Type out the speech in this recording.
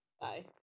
Bye